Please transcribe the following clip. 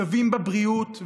שווים בבריאות,